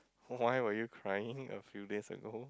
why were you crying a few days ago